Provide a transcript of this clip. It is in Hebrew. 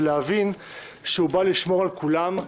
להבין שהוא בא לשמור על כולם,